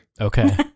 okay